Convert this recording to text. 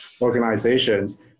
organizations